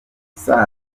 safi